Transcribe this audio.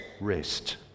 rest